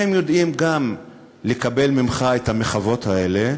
כי הם יודעים גם לקבל ממך את המחוות האלה,